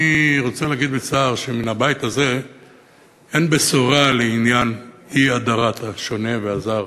אני רוצה להגיד בצער שמן הבית הזה אין בשורה לעניין אי-הדרת השונה והזר,